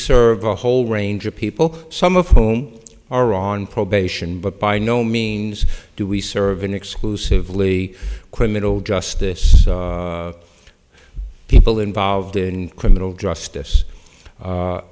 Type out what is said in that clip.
serve a whole range of people some of whom are on probation but by no means do we serve an exclusively criminal justice people involved in criminal justice